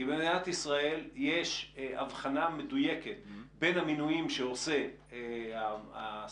כי במדינת ישראל יש הבחנה מדויקת בין המינויים שעושה השר